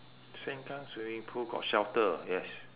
sengkang swimming pool got shelter yes